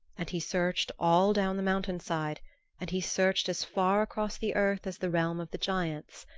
and he searched all down the mountainside and he searched as far across the earth as the realm of the giants.